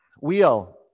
Wheel